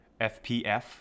FPF